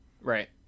Right